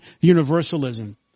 universalism